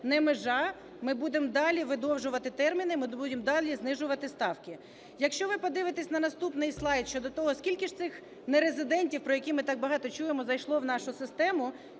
не межа. Ми будемо далі видовжувати терміни, ми будемо далі знижувати ставки. Якщо ви подивитесь на наступний слайд щодо того, скільки ж цих нерезидентів, про які ми так багато чуємо, зайшло в нашу систему,